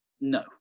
No